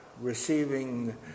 receiving